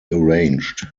arranged